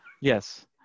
Yes